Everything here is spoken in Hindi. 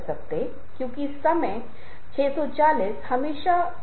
आप क्या संवाद करना चाहते हैं और वास्तव में क्या आप संवाद करने में कामयाब रहे